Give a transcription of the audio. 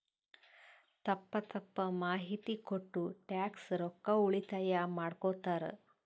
ತಪ್ಪ ತಪ್ಪ ಮಾಹಿತಿ ಕೊಟ್ಟು ಟ್ಯಾಕ್ಸ್ ರೊಕ್ಕಾ ಉಳಿತಾಯ ಮಾಡ್ಕೊತ್ತಾರ್